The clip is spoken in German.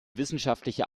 wissenschaftliche